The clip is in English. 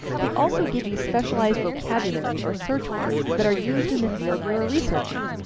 they also give you specialized vocabulary or search words that are used in the field you are researching,